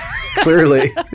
Clearly